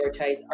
prioritize